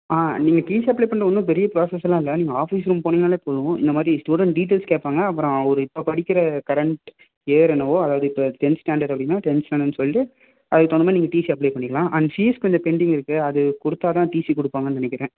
ஆ நீங்கள் TC apply பண்ணுறது ஒன்றும் பெரிய ப்ராசஸெலாம் இல்லை நீங்கள் ஆஃபீஸ் ரூம் போனீங்கன்னாலே போதும் இந்த மாதிரி ஸ்டூடெண்ட் டீடெயில்ஸ் கேட்பாங்க அப்புறம் அவன் இப்போ படிக்கிற கரண்ட்டு இயர் என்னவோ அதாவது இப்போ டென்த் ஸ்டாண்டர்ட் அப்படினா டென்த் ஸ்டாண்டர்ட்னு சொல்லி அதுக்கு தகுந்த மாதிரி நீங்கள் டிசி அப்ளே பண்ணிக்கலாம் அண்ட் ஃபீஸ் கொஞ்சம் பெண்டிங் இருக்குது அது கொடுத்தாதான் டிசி கொடுப்பாங்கன்னு நினைக்கிறேன்